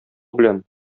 белән